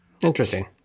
Interesting